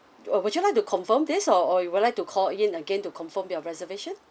uh would you like to confirm this or or you would like to call in again to confirm your reservation